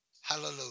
Hallelujah